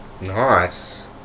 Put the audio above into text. Nice